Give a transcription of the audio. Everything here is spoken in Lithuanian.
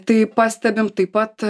tai pastebim taip pat